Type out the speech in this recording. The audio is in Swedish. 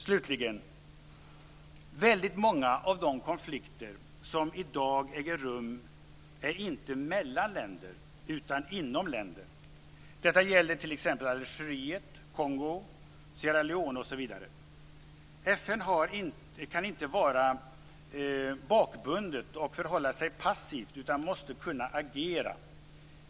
Slutligen: Väldigt många av de konflikter som i dag äger rum är inte konflikter mellan länder utan inom länder. Detta gäller t.ex. Algeriet, Kongo och Sierra Leone. FN kan inte vara bakbundet och förhålla sig passivt utan måste kunna agera.